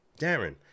Darren